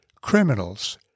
criminals